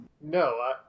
No